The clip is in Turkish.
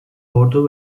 ordu